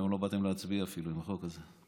היום לא באתם להצביע אפילו על החוק הזה.